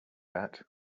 that